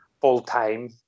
full-time